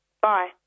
bye